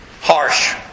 harsh